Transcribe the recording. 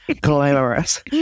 glamorous